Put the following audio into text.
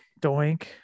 Doink